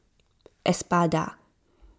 Espada